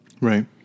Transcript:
right